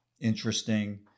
interesting